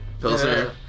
Pilsner